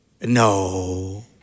no